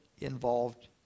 involved